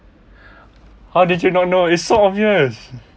how did you not know it's so obvious